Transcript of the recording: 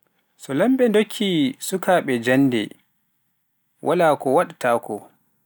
So laamɓe ndokkii sukaaɓe jannde, walaa ko waɗtaako.